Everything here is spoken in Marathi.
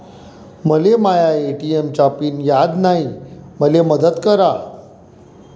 मले माया ए.टी.एम चा पिन याद नायी, मले मदत करा